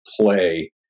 play